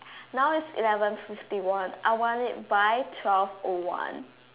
now it's eleven fifty one I want it by twelve o one